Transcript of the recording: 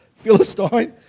Philistine